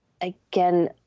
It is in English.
again